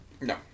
No